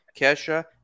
Kesha